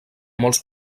molts